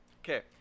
Okay